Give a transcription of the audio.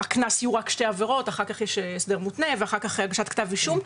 אחר כך יש הסדר מותנה ואחר כך הגשת כתב אישום.